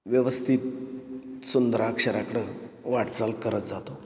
व्यवस्थित सुंदर अक्षराकडं वाटचाल करत जातो